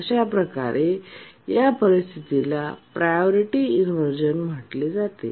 अशाप्रकारे या परिस्थितीला प्रायोरिटी इनव्हर्जन म्हटले जाते